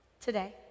today